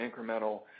incremental